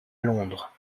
londres